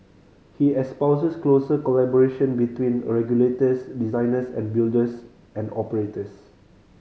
he espouses closer collaboration between regulators designers and builders and operators